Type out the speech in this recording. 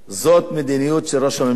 זו מדיניות של ראש הממשלה.